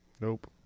Nope